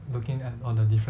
looking at all the different